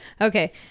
Okay